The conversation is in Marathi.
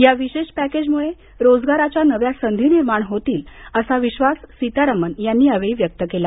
या विशेष पॅकेजमुळे रोजगाराच्या नव्या संधी निर्माण होतील असा विश्वास सीतारामन यांनी यावेळी व्यक्त केला